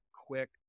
quick